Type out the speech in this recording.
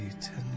ten